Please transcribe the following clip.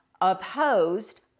opposed